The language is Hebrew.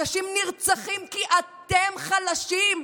אנשים נרצחים כי אתם חלשים,